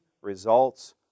results